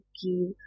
give